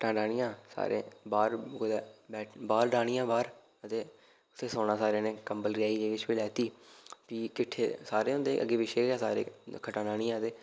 खट्टां डाह्नियां बाहर कुतै बाह्र डाह्नियां बाह्र ते उत्थै सौना सारें जनें कंबल रजाई जे किश बी लैती ते फ्ही सारे हुंदे हे अग्गै पिच्छै के सारे खट्टां डाह्नियां ते